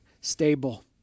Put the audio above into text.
stable